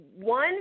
one